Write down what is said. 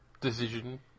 decision